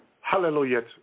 Hallelujah